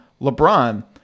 LeBron